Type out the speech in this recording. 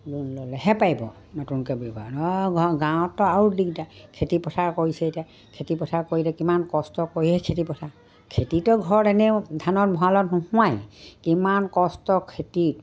loan ল'লেহে পাৰিব নতুনকৈ ব্যৱহাৰ গাঁৱতো আৰু দিগদাৰ খেতিপথাৰ কৰিছে এতিয়া খেতিপথাৰ কৰিলে কিমান কষ্ট কৰিহে খেতিপথাৰ খেতিটো ঘৰত এনেও ধানত ভঁৰালত নোহোমাই কিমান কষ্ট খেতিত